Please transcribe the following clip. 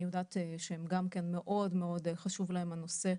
אני יודעת שגם כן מאוד מאוד חשוב להם הנושא,